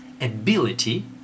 ability